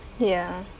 ya